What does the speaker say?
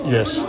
Yes